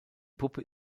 puppe